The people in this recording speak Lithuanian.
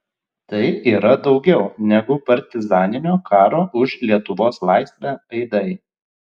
tai yra daugiau negu partizaninio karo už lietuvos laisvę aidai